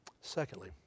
secondly